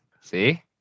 See